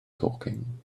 talking